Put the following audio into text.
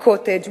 ה"קוטג'",